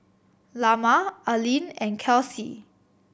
Lamar Aleen and Kelcie